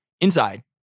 Inside